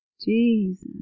Jesus